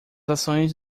ações